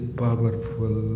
powerful